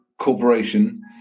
corporation